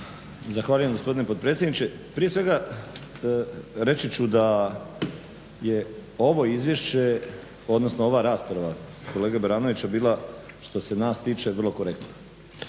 Zahvaljujem gospodine potpredsjedniče. Prije svega reći ću da je ovo izvješće, odnosno ova rasprava kolege Baranovića bila što se nas tiče vrlo korektna.